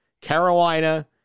Carolina